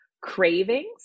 cravings